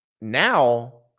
now